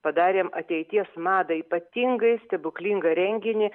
padarėm ateities madą ypatingai stebuklingą renginį